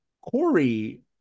Corey